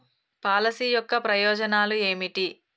Policy యొక్క ప్రయోజనాలు ఏమిటి?